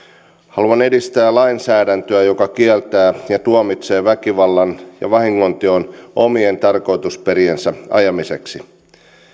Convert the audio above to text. haluan edistää lainsäädäntöä joka kieltää ja tuomitsee väkivallan ja vahingonteon omien tarkoitusperien ajamiseksi